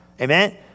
Amen